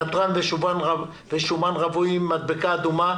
נתרן ושומן רווי עם מדבקה אדומה,